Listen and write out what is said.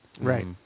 Right